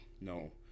no